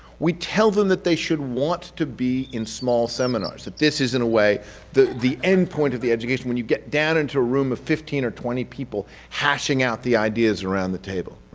we tell them that they should want to be in small seminars. that this is, in a way, the the end point of the education, when you get down into a room of fifteen or twenty people hashing out the ideas around the table.